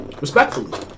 respectfully